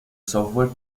software